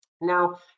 Now